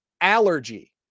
allergy